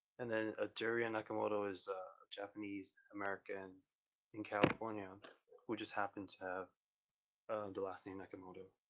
and then a dorian nakamoto is japanese american in california and who just happened to have the last name nakamoto,